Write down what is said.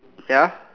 ya